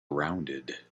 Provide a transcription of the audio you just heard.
rounded